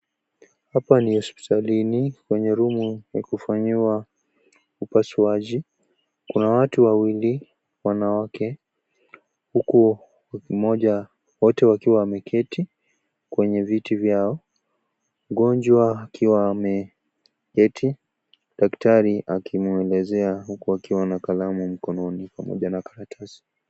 Hapa ni hospitalini kwenye room ya kufanyiwa upasuaji. Kuna watu wawili wanawake huku mmoja- wote wakiwa wameketi kwenye viti vyao, mgonjwa akiwa ameketi daktari akimwelezea huku akiwa na kalamu mkononi pamoja na karatasi.